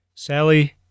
Sally